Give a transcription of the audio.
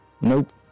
Nope